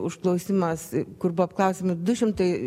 užklausimas kur buvo apklausiami du šimtai